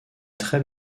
très